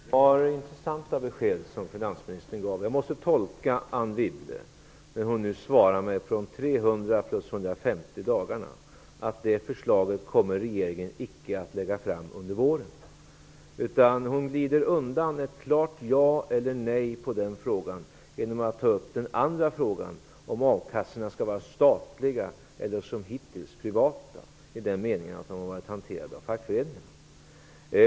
Fru talman! Det var intressanta besked som finansministern gav. Jag måste tolka Anne Wibbles svar om de 300 plus 150 dagarna så att regeringen icke kommer att lägga fram det förslaget under våren. Hon glider undan från ett klart ja eller nej på den frågan genom att ta upp den andra frågan om a-kassorna skall vara statliga eller som hittills privata, i den meningen att de har varit hanterade av fackföreningarna.